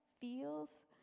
feels